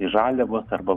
žaliavos arba